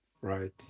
right